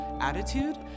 attitude